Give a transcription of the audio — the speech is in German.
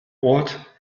ort